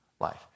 life